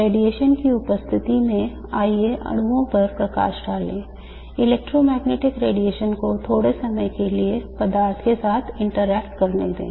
radiation की उपस्थिति में आइए अणुओं पर प्रकाश डालें इलेक्ट्रोमैग्नेटिक रेडिएशन को थोड़े समय के लिए पदार्थ के साथ interact करने दें